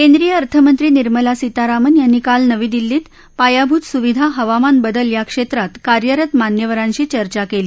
केद्रीय अर्थमंत्री निर्मला सीतारामन यांनी काल नवी दिल्लीत पायाभूत सुविधा हवामान बदल या क्षेत्रात कार्यरत मान्यवरांशी चर्चा केली